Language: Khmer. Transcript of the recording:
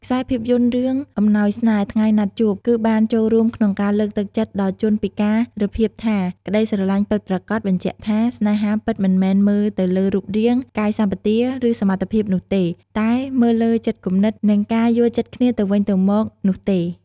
ខ្សែរភាពយន្តរឿង អំណោយស្នេហ៍ថ្ងៃណាត់ជួប គឺបានចូលរួមក្នុងការលើកទឹកចិត្តដល់ជនពិការភាពថា ក្តីស្រឡាញ់ពិតប្រាកដបញ្ជាក់ថា ស្នេហាពិតមិនមែនមើលទៅលើរូបរាង កាយសម្បទា ឬសមត្ថភាពនោះទេ តែមើលលើចិត្តគំនិត និងការយល់ចិត្តគ្នាទៅវិញទៅមកនោះទេ ។